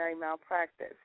malpractice